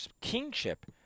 kingship